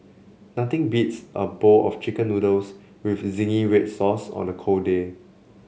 nothing beats a bowl of chicken noodles with zingy red sauce on a cold day